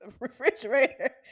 refrigerator